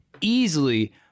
Easily